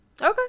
okay